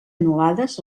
anul·lades